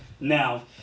Now